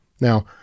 Now